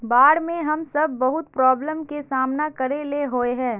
बाढ में हम सब बहुत प्रॉब्लम के सामना करे ले होय है?